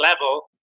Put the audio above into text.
level